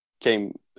came